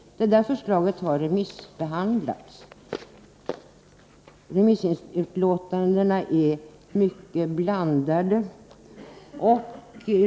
Förslaget har remisshandlats, och remissutlåtandena var mycket blandade.